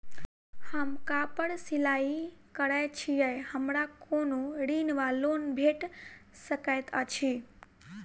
हम कापड़ सिलाई करै छीयै हमरा कोनो ऋण वा लोन भेट सकैत अछि?